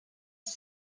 ist